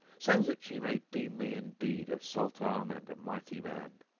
so that she may deem me indeed a sultan and a mighty man.